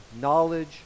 Knowledge